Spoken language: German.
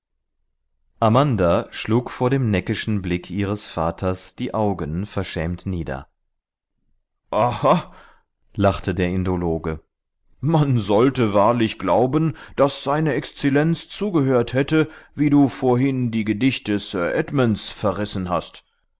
amanda schlug vor dem neckischen blick ihres vaters die augen verschämt nieder aha lachte der indologe man sollte wahrlich glauben daß seine exzellenz zugehört hätte wie du vorhin die gedichte sir edmunds verrissen hast